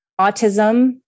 autism